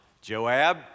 Joab